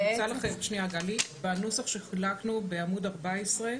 בנוסח שחילקנו בעמוד 14,